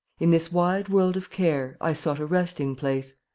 in this wide world of care i sought a resting place,